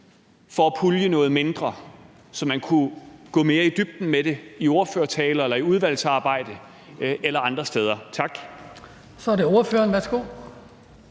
grad at pulje, så man kunne gå mere i dybden med det i ordførertaler eller i udvalgsarbejdet eller andre steder. Tak. Kl. 14:57 Den fg.